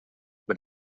but